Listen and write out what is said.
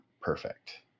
perfect